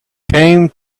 came